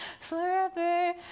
forever